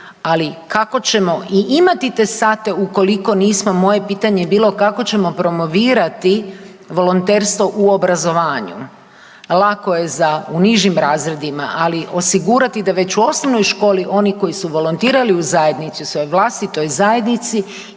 ali kako ćemo i imati te sate ukoliko nismo, moje pitanje je bilo, kako ćemo promovirati volonterstvo u obrazovanju? Lako je za u nižim razredima, ali osigurati da već u osnovnoj školi, oni koji su volontirali u zajednici, u svojoj vlastitoj zajednici,